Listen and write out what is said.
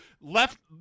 left